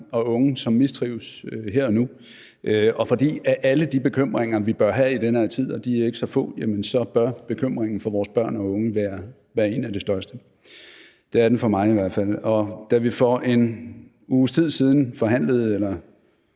og unge, som mistrives her og nu, og fordi at af alle de bekymringer, vi bør have i den her tid – og de er ikke så få – bør bekymringen for vores børn og unge være en af de største. Det er den i hvert fald for mig. Da vi for en uges tid siden forhandlede, eller